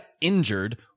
injured